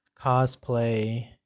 Cosplay